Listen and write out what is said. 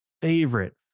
favorite